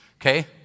okay